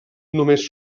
només